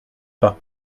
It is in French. pas